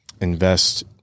invest